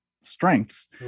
strengths